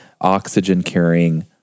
oxygen-carrying